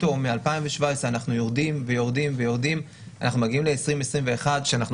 מ-2017 אנחנו יורדים ויורדים ואנחנו מגיעים ל-2021 כשאנחנו